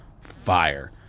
Fire